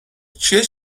چیه